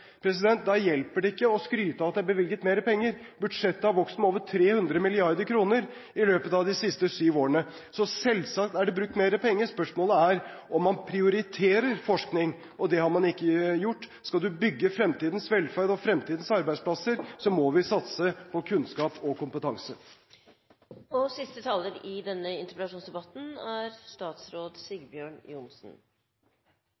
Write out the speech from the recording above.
Da hjelper det ikke å skryte av at det er bevilget mer penger. Budsjettet har vokst med over 300 mrd. kr i løpet av de siste syv årene, så selvsagt er det brukt mer penger. Spørsmålet er om man prioriterer forskning, og det har man ikke gjort. Skal vi bygge fremtidens velferd og fremtidens arbeidsplasser, må vi satse på kunnskap og kompetanse. Når jeg reiser rundt og besøker bedrifter i Norge, er